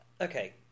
Okay